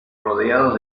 rodeados